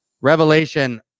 Revelation